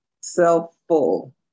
self-full